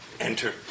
Enter